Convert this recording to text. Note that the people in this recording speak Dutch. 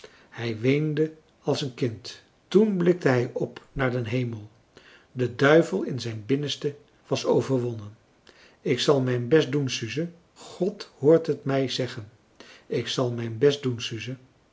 hij weende als een kind toen blikte hij op naar den hemel de duivel in zijn binnenste was overwonnen ik zal mijn best doen suze god hoort het mij zeggen ik zal mijn best doen